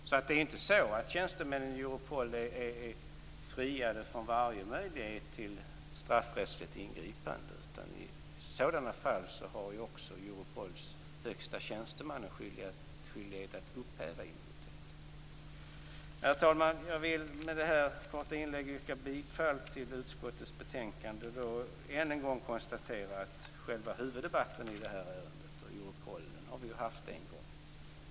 Det är alltså inte så att tjänstemännen i Europol är friade från varje möjlighet till straffrättsligt ingripande. I sådana fall har Europols högste tjänsteman en skyldighet att upphäva immuniteten. Herr talman! Med detta korta inlägg yrkar jag bifall till hemställan i utskottets betänkande. Slutligen konstaterar jag ännu en gång att huvuddebatten i ärendet om Europol har vi redan haft.